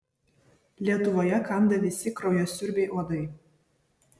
lietuvoje kanda visi kraujasiurbiai uodai